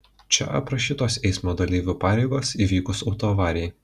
čia aprašytos eismo dalyvių pareigos įvykus autoavarijai